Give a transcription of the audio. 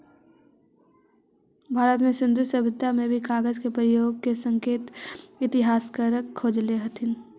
भारत में सिन्धु सभ्यता में भी कागज के प्रयोग के संकेत इतिहासकार खोजले हथिन